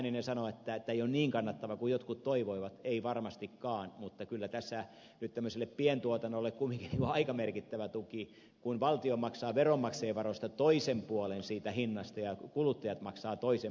hänninen sanoo että tämä ei ole niin kannattava kuin jotkut toivoivat ei varmastikaan mutta kyllä tässä nyt tämmöiselle pientuotannolle kumminkin on aika merkittävä tuki kun valtio maksaa veronmaksajien varoista toisen puolen siitä hinnasta ja kuluttajat maksavat toisen puolen